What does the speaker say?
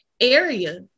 area